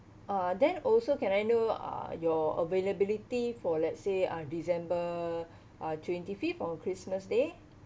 uh then also can I know uh your availability for let's say uh december uh twenty fifth on christmas day